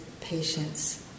patience